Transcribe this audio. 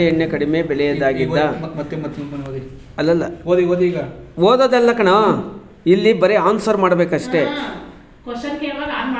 ಇತರ ಅಡುಗೆ ಎಣ್ಣೆ ಗಳಿಗೆ ಹೋಲಿಸಿಕೊಂಡರೆ ತಾಳೆ ಎಣ್ಣೆ ಕಡಿಮೆ ಬೆಲೆಯದ್ದಾಗಿದೆ